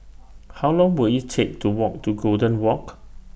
How Long Will IT Take to Walk to Golden Walk